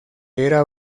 era